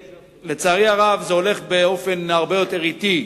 ולצערי הרב זה הולך באופן הרבה יותר אטי.